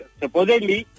supposedly